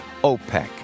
OPEC